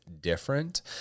different